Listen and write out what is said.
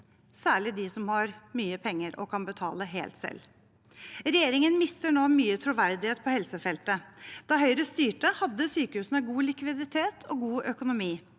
dem som har mye penger og kan betale helt selv. Regjeringen mister nå mye troverdighet på helsefeltet. Da Høyre styrte, hadde sykehusene god likviditet og god økonomi.